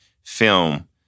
film